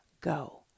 go